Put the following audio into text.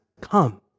come